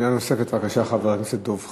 שאלה נוספת, בבקשה, חבר הכנסת דב חנין.